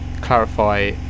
clarify